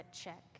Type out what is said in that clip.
check